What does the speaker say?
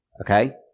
okay